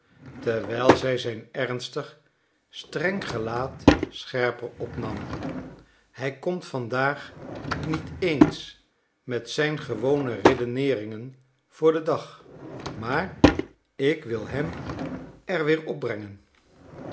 terwijl zij zijn ernstig streng gelaat scherper opnam hij komt vandaag niet eens met zijn gewone redeneeringen voor den dag maar ik wil hem er weer opbrengen